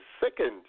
second